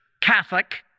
Catholic